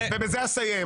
מנהלת הוועדה היקרה שלנו,